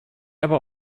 aber